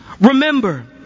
Remember